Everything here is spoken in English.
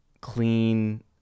clean